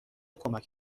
کمک